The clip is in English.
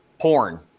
Porn